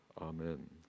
amen